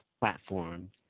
platforms